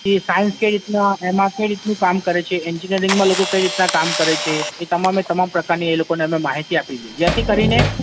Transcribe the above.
કે સાયન્સ કઈ રીતના એમાં કઈ રીતનું કામ કરે છે એન્જીનીયરીંગમાં લોકો કઈ રીતના કામ કરે છે એ તમામે તમામ પ્રકારની એ લોકોને અમે માહિતી આપીએ છીએ જેથી કરીને